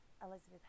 Elizabeth